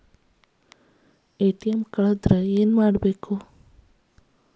ATM ಕಳದ್ರ ಏನು ಮಾಡೋದು?